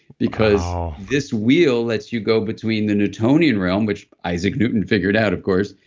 because this wheel lets you go between the newtonian realm which isaac newton figured out, of course,